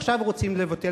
עכשיו רוצים לבטל אותו.